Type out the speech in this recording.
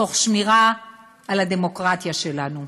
תוך שמירה על הדמוקרטיה שלנו.